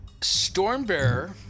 Stormbearer